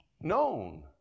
known